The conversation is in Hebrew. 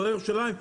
בהרי ירושלים,